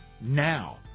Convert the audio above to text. now